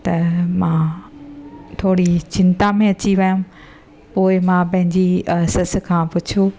त मां थोरी चिंता में अची वियमि पोएं मां पंहिंजी अ ससु खां पुछो